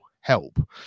help